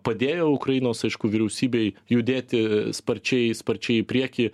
padėjo ukrainos aišku vyriausybei judėti sparčiai sparčiai į priekį